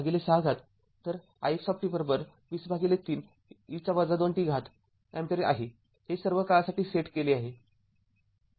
तर ix २०३ e २t ampere आहे हे सर्व काळासाठी सेट केले आहे